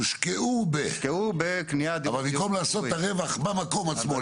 יושקעו בקניית --- אבל במקום לעשות את הרווח במקום עצמו,